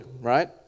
right